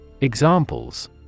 Examples